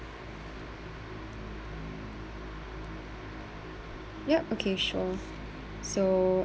yup okay sure so